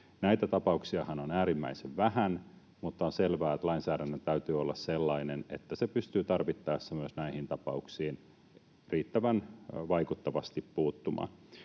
Näitä tapauksiahan on äärimmäisen vähän, mutta on selvää, että lainsäädännön täytyy olla sellainen, että se pystyy tarvittaessa myös näihin tapauksiin riittävän vaikuttavasti puuttumaan.